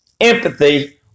empathy